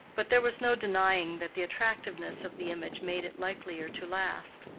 but there was no denying that the attractiveness of the image made it likelier to last.